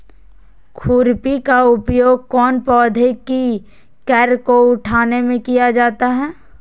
खुरपी का उपयोग कौन पौधे की कर को उठाने में किया जाता है?